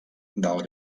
del